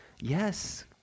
Yes